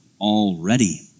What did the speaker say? already